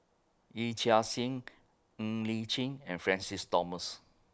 Yee Chia Hsing Ng Li Chin and Francis Thomas